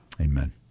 amen